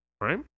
Right